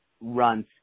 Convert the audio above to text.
runs